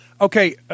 Okay